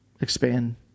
expand